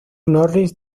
norris